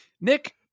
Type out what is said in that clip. Nick